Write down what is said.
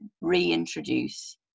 reintroduce